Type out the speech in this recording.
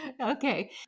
Okay